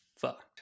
fucked